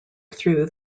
through